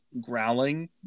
growling